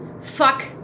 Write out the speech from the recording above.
Fuck